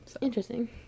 Interesting